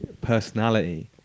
personality